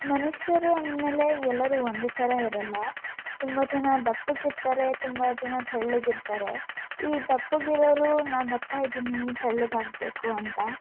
ಮನುಷ್ಯರು ಅಂದ ಮೇಲೆ ಎಲ್ಲರು ಒಂದೇ ಥರ ಇರಲ್ಲ ತುಂಬಾ ಜನ ದಪ್ಪಕ್ಕೆ ಇರ್ತಾರೆ ತುಂಬಾ ಜನ ತೆಳ್ಳಗಿರ್ತಾರೆ ಈ ದಪ್ಪಗೆ ಇರೋವ್ರು ನಾ ದಪ್ಪ ಇದ್ದೀನಿ ತೆಳ್ಳಗಾಗಬೇಕು ಅಂತ